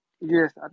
Yes